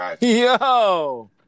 Yo